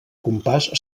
compàs